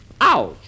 Ouch